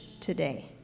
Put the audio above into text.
today